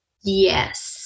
Yes